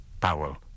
Powell